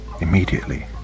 Immediately